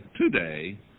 today